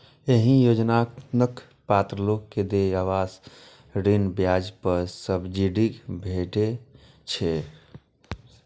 एहि योजनाक पात्र लोग कें देय आवास ऋण ब्याज पर सब्सिडी भेटै छै